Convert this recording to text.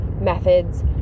methods